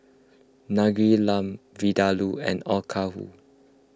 Naengmyeon Lamb Vindaloo and Okayu